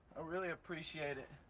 ah really appreciate it.